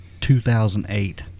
2008